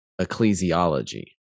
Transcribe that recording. ecclesiology